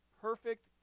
perfect